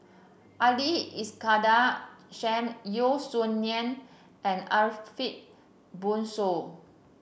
Ali Iskandar Shah Yeo Song Nian and Ariff Bongso